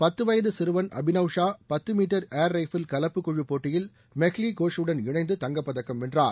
பத்து வயது சிறுவன் அபினவ்ஷா பத்து மீட்டர் ஏர்ரைஃபில் கலப்பு குழு போட்டியில் மெஹ்லி கோஷ்வுடன் இணைந்து தங்கப்பதக்கம் வென்றார்